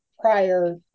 prior